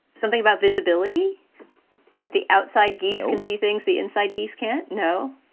something about visibility that the outside geese can see, things the inside geese can't. no,